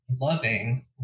loving